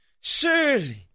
Surely